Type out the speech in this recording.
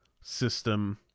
system